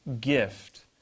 gift